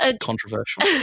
Controversial